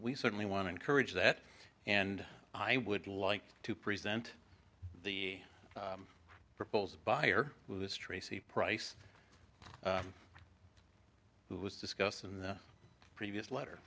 we certainly want to encourage that and i would like to present the proposed buyer who is tracy price who was discussed in the previous letter